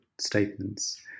statements